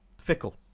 Fickle